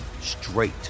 straight